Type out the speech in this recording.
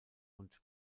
und